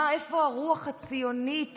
איפה הרוח הציונית